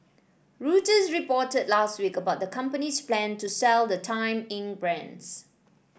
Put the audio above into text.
reuters reported last week about the company's plan to sell the Time Inc brands